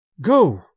Go